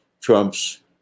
Trump's